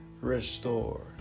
restore